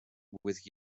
with